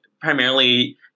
primarily